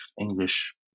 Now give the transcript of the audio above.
English